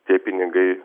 tie pinigai